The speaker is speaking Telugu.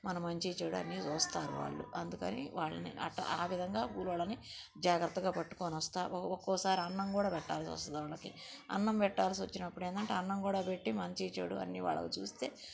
మన మంచి చేడు అన్నీ చూస్తారు వాళ్ళు అందుకని వాళ్ళని అట్టా విధంగా కూలోళ్ళని జాగ్రత్తగా పట్టుకొని వస్తాను ఒ ఒక్కోసారి అన్నం కూడా పెట్టాల్సి వస్తుంది వాళ్ళకి అన్నం పెట్టాల్సి వచ్చినప్పుడు ఏంటంటే అన్నం కూడా పెట్టి మంచి చెడు అన్నీ వాళ్ళవి చూస్తే